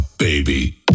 baby